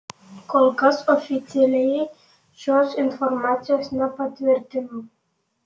kol kas oficialiai šios informacijos nepatvirtino